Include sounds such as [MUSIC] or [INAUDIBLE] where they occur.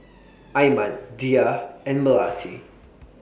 [NOISE] Iman Dhia and Melati [NOISE]